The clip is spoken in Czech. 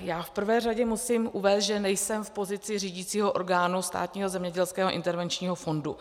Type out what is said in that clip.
V prvé řadě musím říct, že nejsem v pozici řídícího orgánu Státního zemědělského intervenčního fondu.